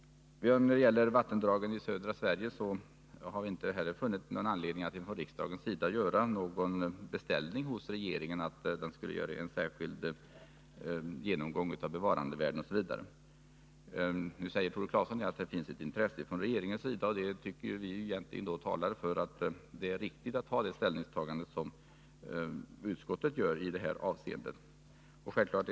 Beträffande vattendragen i södra Sverige har vi inte heller funnit anledning för riksdagen att göra någon beställning hos regeringen om en särskild genomgång av bevarandevärden osv. Nu säger Tore Claeson att det finns ett intresse från regeringens sida, och det tycker vi talar för att utskottets ställningstagande i det här avseendet är riktigt.